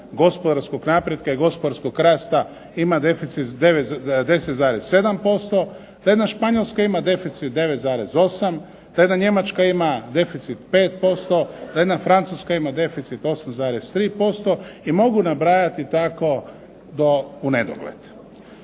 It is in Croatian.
gospodarskog napretka i gospodarskog rasta ima deficit 10,7%, da jedna Španjolska ima deficit 9,8, da jedna Njemačka ima deficit 5%, da jedna Francuska ima deficit 8,3% i mogu nabrajati tako do unedogled.